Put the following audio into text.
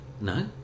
No